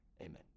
amen